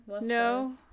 no